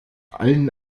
allen